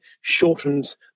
shortens